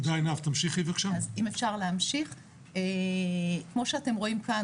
כמו שאתם רואים כאן,